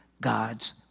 God's